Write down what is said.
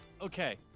Okay